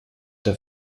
der